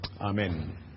Amen